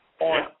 on